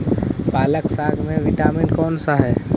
पालक साग में विटामिन कौन सा है?